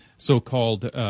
so-called